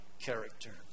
character